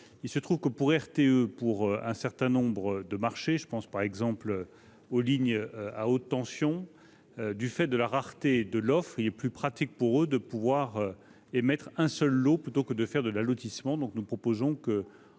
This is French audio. En effet, pour un certain nombre de marchés, par exemple les lignes à haute tension, du fait de la rareté de l'offre, il est plus pratique pour RTE d'émettre un seul lot plutôt que de faire de l'allotissement.